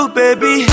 baby